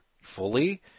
fully